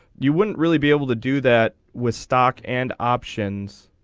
you wouldn't really be able to do that with stock and options.